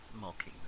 mocking